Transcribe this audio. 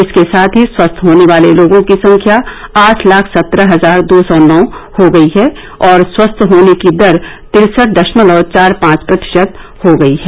इसके साथ ही स्वस्थ होने वाले लोगों की संख्या आठ लाख सत्रह हजार दो सौ नौ हो गई है और स्वस्थ होने की दर तिरसठ दशमलव चार पांच प्रतिशत हो गयी है